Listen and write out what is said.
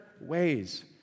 ways